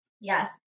Yes